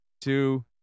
two